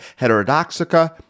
Heterodoxica